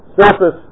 surface